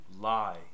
lie